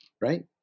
right